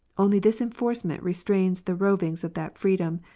only this enforcement re strains the rovings of that freedom,